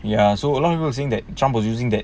ya so a lot of people were saying that trump was using that